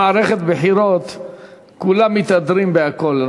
במערכת בחירות כולם מתהדרים בכול.